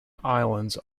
islands